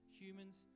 humans